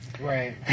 right